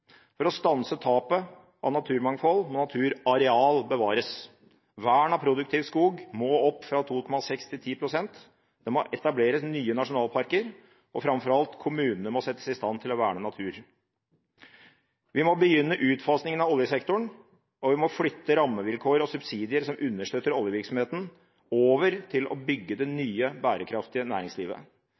For å stanse tapet av naturmangfold må naturareal bevares. Vern av produktiv skog må opp fra 2,6 pst. til 10 pst., det må etableres nye nasjonalparker, og – framfor alt – kommunene må settes i stand til å verne natur. Vi må begynne utfasingen av oljesektoren, og vi må flytte rammevilkår og subsidier som understøtter oljevirksomheten, over til å bygge det nye, bærekraftige næringslivet.